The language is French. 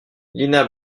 lina